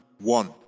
one